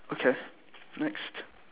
okay next